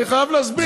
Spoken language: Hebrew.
אני חייב להסביר,